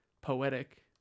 poetic